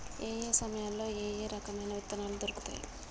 ఏయే సమయాల్లో ఏయే రకమైన విత్తనాలు దొరుకుతాయి?